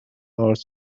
are